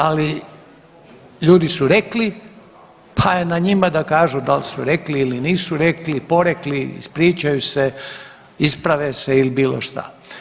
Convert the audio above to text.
Ali ljudi su rekli, pa je na njima da kažu da li su rekli ili nisu rekli, porekli, ispričaju se, isprave se ili bilo šta.